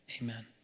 Amen